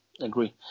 Agree